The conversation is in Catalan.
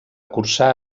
cursar